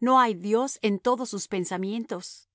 no hay dios en todos sus pensamientos sus